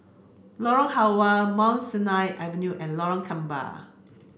Lorong Halwa Mount Sinai Avenue and Lorong Gambir